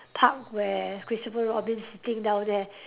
part where Christopher Robin sitting down there